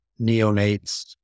neonates